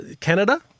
Canada